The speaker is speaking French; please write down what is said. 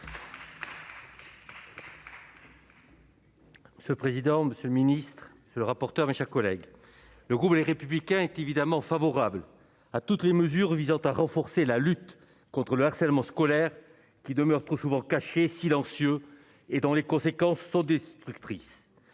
minutes. Ce président, Monsieur le Ministre, c'est le rapporteur, mes chers collègues, le groupe Les Républicains est évidemment favorable à toutes les mesures visant à renforcer la lutte contre le harcèlement scolaire qui demeure trop souvent silencieux, et dont les conséquences sont destructrices,